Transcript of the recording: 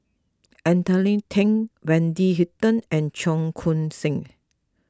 Anthony then Wendy Hutton and Cheong Koon Seng